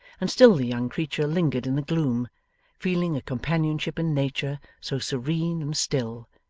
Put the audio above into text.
and still the young creature lingered in the gloom feeling a companionship in nature so serene and still,